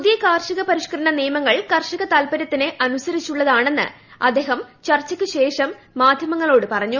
പുതിയ കാർഷിക പരിഷ്കരണ നിയമങ്ങൾ കർഷക താത്പര്യത്തിന് അനുസരിച്ചുള്ളതാണെന്ന് അദ്ദേഹം ചർച്ചയ്ക്ക് ശേഷം മാധ്യമങ്ങളോട് പറഞ്ഞു